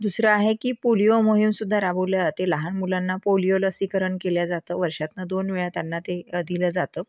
दुसरं आहे की पोलिओ मोहिम सुद्धा राबवल्या आते लहान मुलांना पोलिओ लसीकरण केल्या जातं वर्षातनं दोन वेळा त्यांना ते दिलं जातं